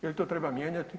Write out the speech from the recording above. Je li to treba mijenjati?